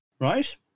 Right